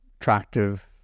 attractive